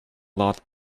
lot